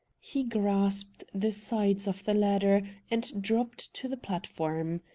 he grasped the sides of the ladder and dropped to the platform.